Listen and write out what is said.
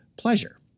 pleasure